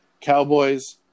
Cowboys